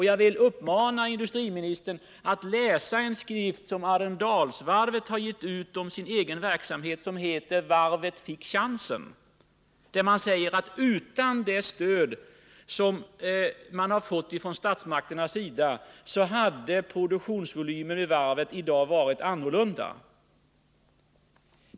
Jag vill uppmana industriministern att läsa en skrift som Arendalsvarvet gett ut om sin egen verksamhet, den heter Varvet fick chansen. Där står att utan det stöd man fått från statsmakternas sida hade produktionsvolymen vid varvet i dag varit annorlunda.